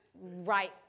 Right